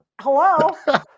Hello